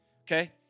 okay